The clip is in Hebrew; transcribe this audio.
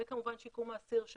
וכמובן שיקום האסיר,